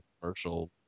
commercial